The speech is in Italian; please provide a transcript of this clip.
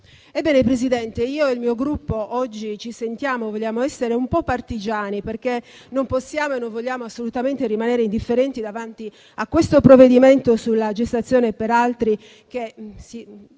Ebbene, Presidente, io e il mio Gruppo oggi ci sentiamo e vogliamo essere un po' partigiani, perché non possiamo e non vogliamo assolutamente rimanere indifferenti davanti a questo provvedimento sulla gestazione per altri, che ci